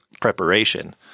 preparation